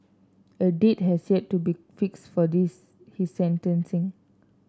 a date has yet to be fixed for this his sentencing